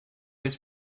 his